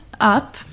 up